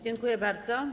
Dziękuję bardzo.